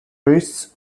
priests